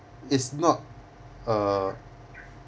it's not a